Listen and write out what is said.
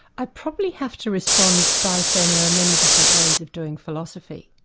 i'd probably have to respond by saying there are many different ways of doing philosophy.